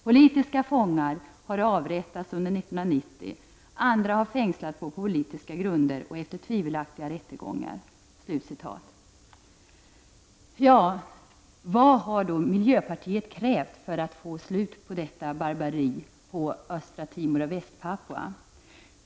Politiska fångar har avrättats under 1990, andra har fängslats på politiska grunder och efter tvivelaktiga rättegångar.” Vad har då miljöpartiet krävt för att få slut på detta barbari på Östra Timor och Västpapua?